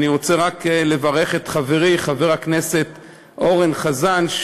אני רק רוצה לברך את חברי חבר הכנסת אורן חזן,